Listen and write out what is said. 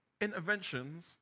interventions